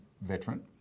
veteran